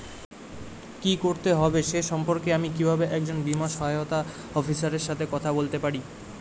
কী করতে হবে সে সম্পর্কে আমি কীভাবে একজন বীমা সহায়তা অফিসারের সাথে কথা বলতে পারি?